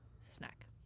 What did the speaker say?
snack